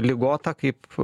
ligota kaip